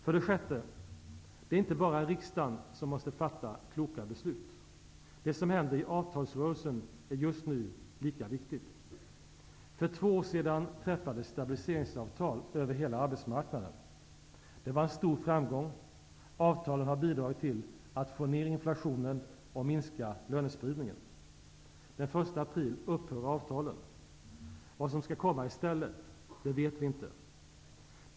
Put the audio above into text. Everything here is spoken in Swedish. För det sjätte: Det är inte bara riksdagen som måste fatta kloka beslut. Det som händer i avtalsrörelsen är just nu lika viktigt. För två år sedan träffades stabliseringsavtal över hela arbetsmarknaden. Det var en stor framgång. Avtalen har bidragit till att få ned inflationen och minska lönespridningen. Den 1 april upphör avtalen. Vad som skall komma i stället vet vi inte.